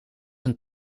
een